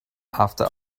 after